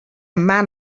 man